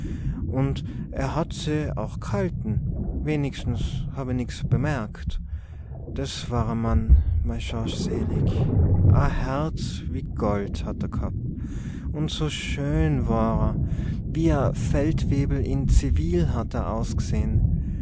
unn er hat se aach gehalte wenigstens haww ich nix bemerkt des war e mann mei schorsch selig e herz wie gold hat er gehabbt unn so schee war er wie e feldwewel in zifil hat er ausgesehe